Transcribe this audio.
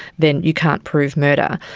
then you can't prove murder.